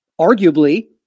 arguably